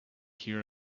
hear